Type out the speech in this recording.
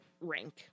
rank